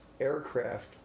aircraft